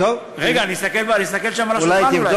רגע, אני אסתכל שם על השולחן, אולי.